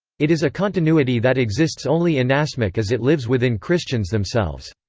it is a continuity that exists only inasmuch as it lives within christians themselves.